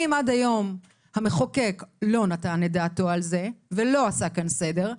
אם עד היום המחוקק לא נתן את דעתו על זה ולא עשה כאן סדר,